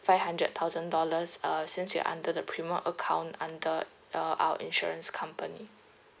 five hundred thousand dollars uh since you're under the premium account under uh our insurance company